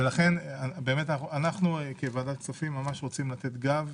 ולכן אנחנו כוועדת הכספים רוצים לתת גב